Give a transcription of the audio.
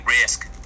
risk